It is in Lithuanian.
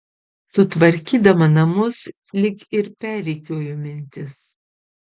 sutvarkydama namus lyg ir perrikiuoju mintis